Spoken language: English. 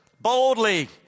boldly